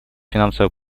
финансовой